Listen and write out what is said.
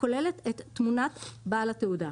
הכוללת את תמונת בעל התעודה,